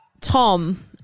Tom